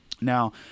Now